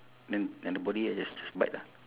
then then the body I just just bite ah